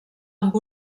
amb